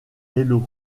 hello